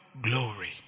glory